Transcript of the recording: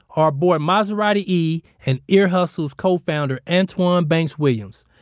our boy, maserati e, and ear hustle's co-founder, antwan banks williams.